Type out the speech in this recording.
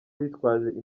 bitwaje